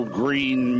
green